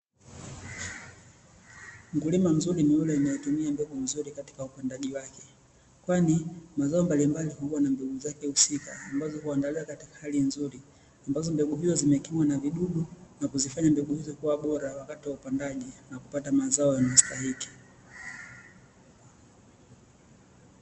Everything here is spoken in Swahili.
Mkulima mzuri ni yule anaye tumia mbegu nzuri katika upandaji wake, kwani mazao mbalimbali huwa na zao yake husika ambazo huandaliwa katika hali nzuri ambazo mbegu hizo hukingwa na vidudu na kufanya mbegu hizo kuwa bora wakati wa upandaji na kupata mazao yanayo stahiki.